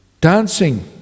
Dancing